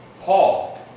Paul